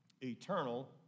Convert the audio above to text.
Eternal